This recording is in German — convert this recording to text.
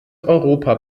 europa